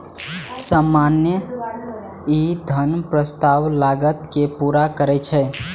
सामान्यतः ई धन प्रस्तावक लागत कें पूरा करै छै